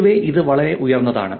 പൊതുവേ ഇത് വളരെ ഉയർന്നതാണ്